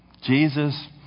Jesus